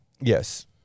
Yes